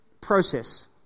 process